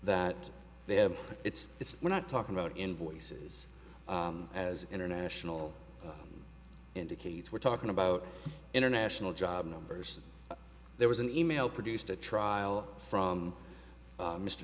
that they have it's it's we're not talking about invoices as international indicates we're talking about international job numbers there was an e mail produced a trial from